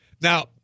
Now